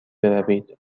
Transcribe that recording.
بروید